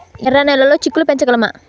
ఎర్ర నెలలో చిక్కుళ్ళు పెంచగలమా?